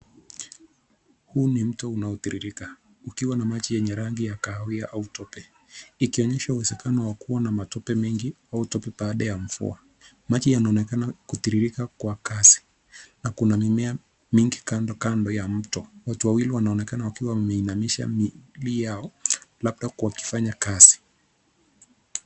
Huu ni mto unaotiririka ukiwa na maji yenye rangi ya kahawia au tope. Ukionyesha uwezekano wakiwa na matope mengi au tope baada ya mvua. Maji yanaonekana kutiririka kwa kasi na kuna mimea mingi kando kando ya mto. Watu wawili wanaonekana kuinamisha miili yao labda wakifanya kazi.